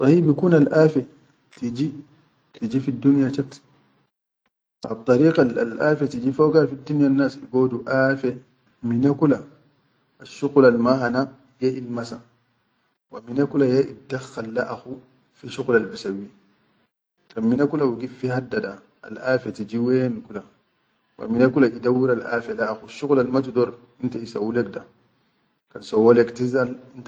Sahi bikun al-afe tiji fiddunya chat addariqa alafe tiji foga fiddunya annas igodu afe mine kula asshuqul al ma hana ya ilmasa wa mine kula ya iddakkhal le akhu fisshuqul al bisawwi kan mine kula wigif fi hadda da al afe tiji wen kula wa mine kula idawwiral afe le akhu, asshuqulal ma tidor inta isawwu lek da kan sawwo lek tizala.